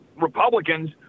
Republicans